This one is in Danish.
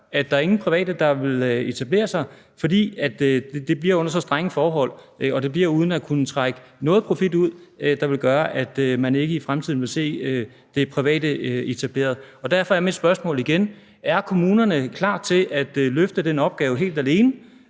at der ikke er nogen private, der vil etablere sig, altså fordi det bliver under så strenge forhold og det bliver uden at kunne trække noget profit ud; det vil gøre, at man ikke i fremtiden vil se det private etableret. Derfor er mit spørgsmål igen: Er kommunerne klar til at løfte den opgave helt alene?